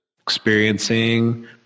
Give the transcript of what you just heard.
experiencing